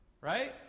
Right